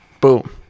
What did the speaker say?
Boom